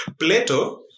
Plato